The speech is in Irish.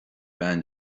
bean